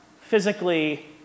physically